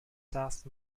south